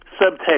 subtext